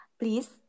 Please